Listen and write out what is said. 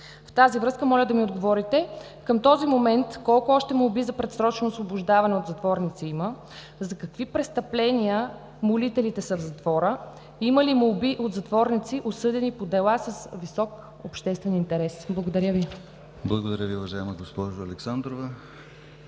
В тази връзка моля да ми отговорите: към този момент колко още молби за предсрочно освобождаване от затворници има; за какви престъпления молителите са в затвора; има ли молби от затворници, осъдени по дела с висок обществен интерес? Благодаря Ви. ПРЕДСЕДАТЕЛ ДИМИТЪР ГЛАВЧЕВ: Благодаря Ви, уважаема госпожо Александрова.